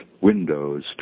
windows